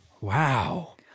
Wow